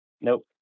Nope